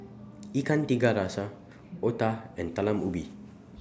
Ikan Tiga Rasa Otah and Talam Ubi